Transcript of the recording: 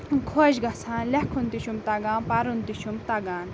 خۄش گژھان لٮ۪کھُن تہِ چھُم تَگان پَرُن تہِ چھُم تَگان